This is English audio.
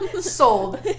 sold